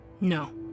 No